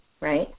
right